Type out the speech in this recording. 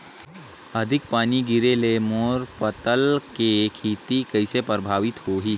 अधिक पानी गिरे ले मोर पताल के खेती कइसे प्रभावित होही?